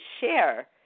share